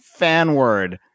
Fanword